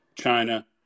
China